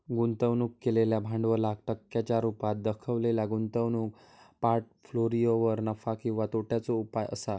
गुंतवणूक केलेल्या भांडवलाक टक्क्यांच्या रुपात देखवलेल्या गुंतवणूक पोर्ट्फोलियोवर नफा किंवा तोट्याचो उपाय असा